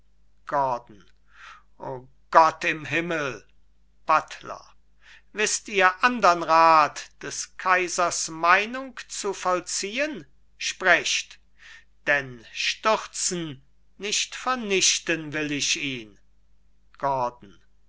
gordon o gott im himmel buttler wißt ihr andern rat des kaisers meinung zu vollziehen sprecht denn stürzen nicht vernichten will ich ihn gordon